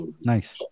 nice